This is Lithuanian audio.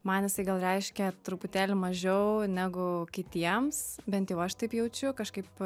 man jisai gal reiškia truputėlį mažiau negu kitiems bent jau aš taip jaučiu kažkaip